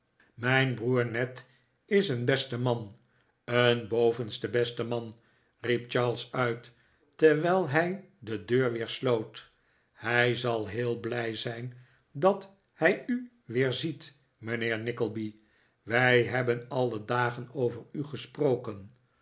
mijn broer ned is en beste man een bovenste beste man riep charles uit terwijl hij de deur weer sloot hij zal heel blij zijn dat hij u weer ziet mijnheer nickleby wij hebben alle dagen over u gesproken